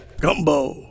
Gumbo